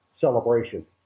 Celebration